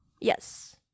Yes